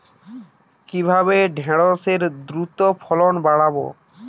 কিভাবে ঢেঁড়সের দ্রুত ফলন বাড়াব?